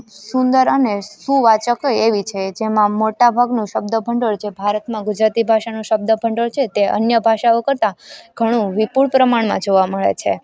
સુંદર અને સુવાચક એવી છે કે જેમાં મોટા ભાગનું શબ્દભંડોળ જે ભારતમાં ગુજરાતી ભાષાનું શબ્દભંડોળ છે તે અન્ય ભાષાઓ કરતાં ઘણું વિપુલ પ્રમાણમાં જોવા મળે છે